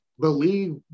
believe